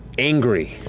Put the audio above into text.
angry,